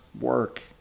work